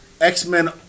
X-Men